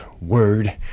word